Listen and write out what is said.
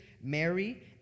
Mary